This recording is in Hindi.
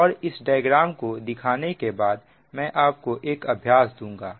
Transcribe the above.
और इस डायग्राम को दिखाने के बाद मैं आपको एक अभ्यास दूंगा